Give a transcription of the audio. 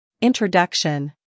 Introduction